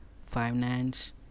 finance